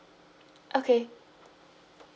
okay